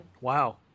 Wow